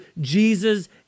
Jesus